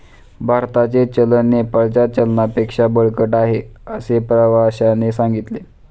भारताचे चलन नेपाळच्या चलनापेक्षा बळकट आहे, असे प्रवाश्याने सांगितले